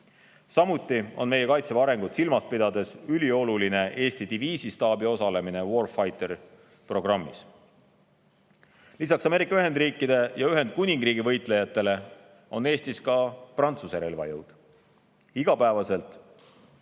Samuti on meie kaitseväe arengut silmas pidades ülioluline Eesti diviisi staabi osalemine Warfighteri programmis. Lisaks Ameerika Ühendriikide ja Ühendkuningriigi võitlejatele on Eestis esindatud Prantsuse relvajõud, seega igapäevaselt